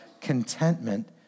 contentment